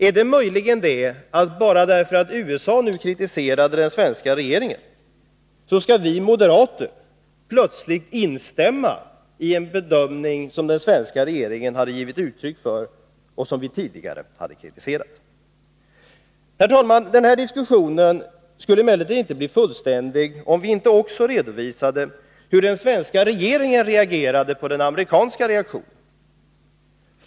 Är det möjligen det, att bara för att USA kritiserade den svenska regeringen så borde vi moderater plötsligt instämma i en bedömning som den svenska regeringen givit uttryck för och som vi dessförinnan kritiserat? Herr talman! Den här diskussionen skulle inte bli fullständig om vi inte också redovisade hur den svenska regeringen reagerade på den amerikanska reaktionen.